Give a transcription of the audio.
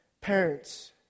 parents